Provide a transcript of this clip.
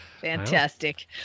Fantastic